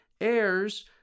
heirs